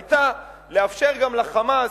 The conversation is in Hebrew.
היתה לאפשר גם ל"חמאס",